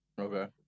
Okay